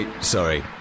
Sorry